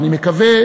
אני מקווה,